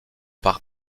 par